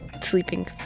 sleeping